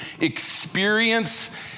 experience